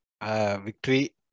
Victory